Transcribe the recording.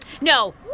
No